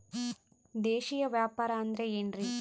ದೇಶೇಯ ವ್ಯಾಪಾರ ಅಂದ್ರೆ ಏನ್ರಿ?